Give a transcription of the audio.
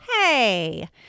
Hey